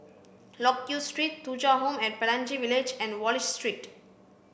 Loke Yew Street Thuja Home at Pelangi Village and Wallich Street